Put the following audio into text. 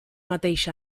mateix